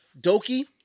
doki